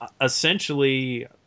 essentially